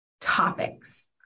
topics